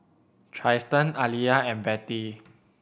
Trystan Aaliyah and Betty